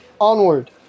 onward